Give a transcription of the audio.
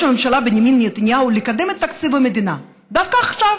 הממשלה בנימין נתניהו לקדם את תקציב המדינה דווקא עכשיו,